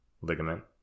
ligament